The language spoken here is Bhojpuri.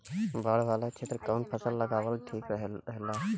बाढ़ वाला क्षेत्र में कउन फसल लगावल ठिक रहेला?